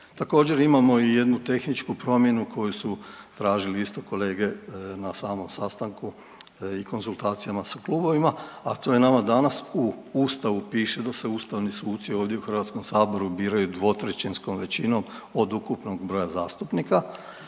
Također imamo i jednu tehničku promjenu koju su tražili isto kolege na samom sastanku i konzultacijama sa klubovima, a to je nama danas u Ustavu piše da se ustavni suci ovdje u HS-u biraju dvotrećinskom većinom od ukupnog broja zastupnika,